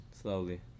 Slowly